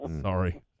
Sorry